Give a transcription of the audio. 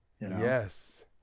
Yes